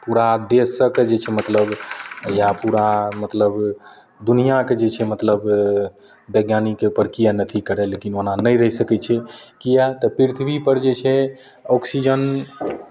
पूरा देश सबके जे छै मतलब या पूरा मतलब दुनिआँके जे छै मतलब वैज्ञानिकके पर किएक नहि अथी करय लए कि ओना नहि रहि सकय छै किआ तऽ पृथ्वीपर जे छै ऑक्सीजन